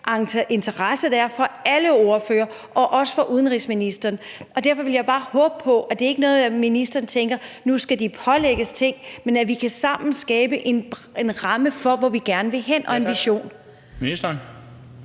høre den interesse, der er, fra alle ordførere og også fra udenrigsministeren. Derfor vil jeg bare håbe på, at udenrigsministeren ikke tænker, at nu skal de pålægges ting, men at vi sammen kan skabe en ramme for, hvor vi gerne vil hen, og en vision.